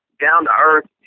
down-to-earth